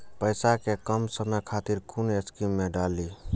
पैसा कै कम समय खातिर कुन स्कीम मैं डाली?